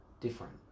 Different